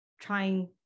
trying